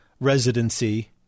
residency